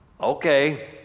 Okay